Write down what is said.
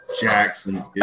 Jackson